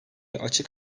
açık